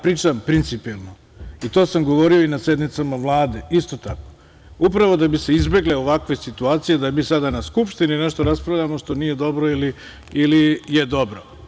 Pričam principijelno i to sam govorio i na sednicama Vlade, isto tako, upravo da bi se izbegle ovakve situacije da mi sada na Skupštini nešto raspravljamo što nije dobro ili je dobro.